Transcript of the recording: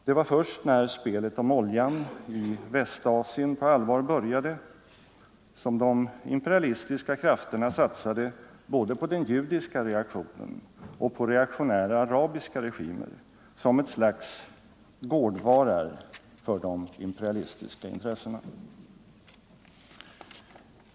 Det var först när spelet om oljan i Västasien på allvar började som de imperialistiska krafterna satsade både på den judiska reaktionen och på reaktionära arabiska regimer som ett slags gårdvarar för de imperialistiska intressena.